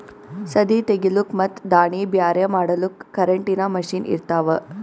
ಸದೀ ತೆಗಿಲುಕ್ ಮತ್ ದಾಣಿ ಬ್ಯಾರೆ ಮಾಡಲುಕ್ ಕರೆಂಟಿನ ಮಷೀನ್ ಇರ್ತಾವ